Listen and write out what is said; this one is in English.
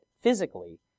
physically